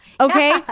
Okay